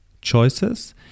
choices